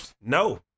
No